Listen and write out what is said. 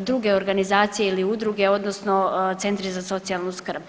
druge organizacije ili udruge odnosno centri za socijalnu skrb.